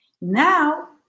Now